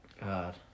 God